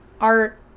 art